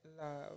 love